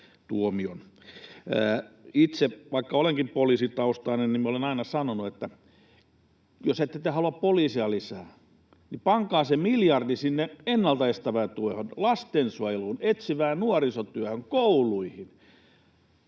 Itse, vaikka olenkin poliisitaustainen, olen aina sanonut, että jos ette te halua poliiseja lisää, niin pankaa se miljardi ennaltaestävään tukeen, lastensuojeluun, etsivään nuorisotyöhön, kouluihin.